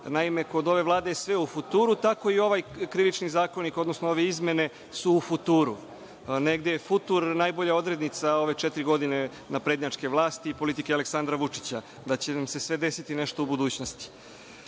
Naime, kod ove Vlade je sve u futuru, tako i ovaj Krivični zakonik, odnosno izmene su u futuru. Negde je futur najbolja odrednica ove četiri godine ove naprednjačke vlasti i politike Aleksandra Vučića, da će nam se sve desiti nešto u budućnosti. Takođe,